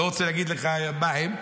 לא רוצה להגיד לך מה הם,